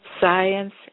Science